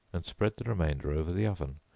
and spread the remainder over the oven,